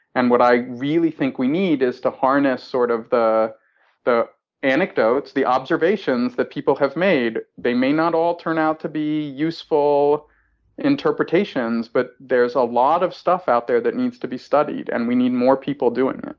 and what i really think we need is to harness sort of the the anecdotes, the observations that people have made. they may not all turn out to be useful interpretations, but there's a lot of stuff out there that needs to be studied. and we need more people doing